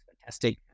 fantastic